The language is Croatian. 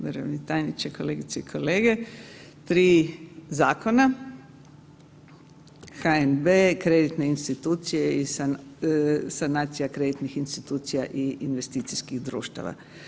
Državni tajniče, kolegice i kolege, 3 zakona, HNB, kreditne institucije i sanacija kreditnih institucija i investicijskih društava.